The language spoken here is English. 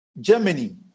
Germany